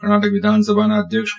કર્ણાટક વિધાનસભાના અધ્યક્ષ કે